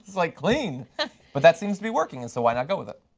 like like i mean but that seems to be working. and so why not go with it?